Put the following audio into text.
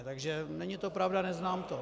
Takže není to pravda, neznám to.